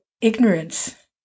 ignorance